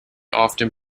often